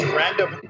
random